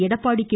Edappadi K